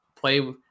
play